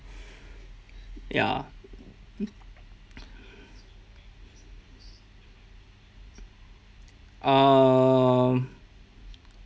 ya um